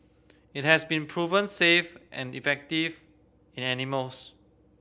it has been proven safe and effective in animals